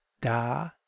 da